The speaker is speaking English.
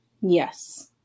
Yes